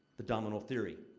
the domino theory.